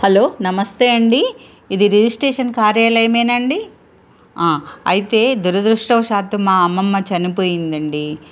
hello నమస్తే అండి ఇది రిజిస్ట్రేషన్ కార్యాలయమేనా అండి అయితే దురదృష్టవ శాతం మా అమ్మమ్మ చనిపోయిందండి